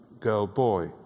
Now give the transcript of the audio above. girl-boy